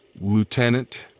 Lieutenant